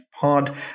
Pod